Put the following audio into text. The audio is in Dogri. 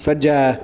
सज्जै